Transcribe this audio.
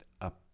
up